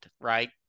right